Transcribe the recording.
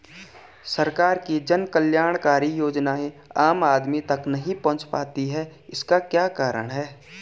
सरकार की जन कल्याणकारी योजनाएँ आम आदमी तक नहीं पहुंच पाती हैं इसका क्या कारण है?